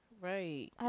Right